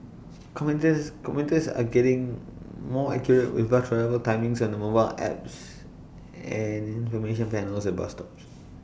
commuters commuters are getting more accurate with bus arrival timings on their mobile apps and information panels at bus stops